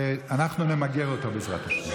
ואנחנו נמגר אותה, בעזרת השם.